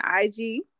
IG